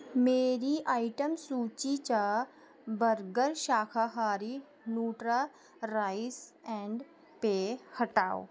मेरी आइटम सूची चा बरगर शाकाहारी नुटरा राइस ऐंड पेय हटाओ